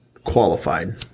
qualified